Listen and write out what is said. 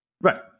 Right